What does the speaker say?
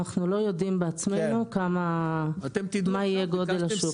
אנחנו לא יודעים בעצמנו מה יהיה גודל השוק.